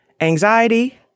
anxiety